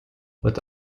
with